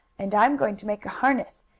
and i'm going to make a harness,